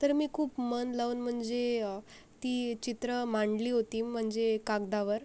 तर मी खूप मन लावून म्हणजे ती चित्रं मांडली होती म्हणजे कागदावर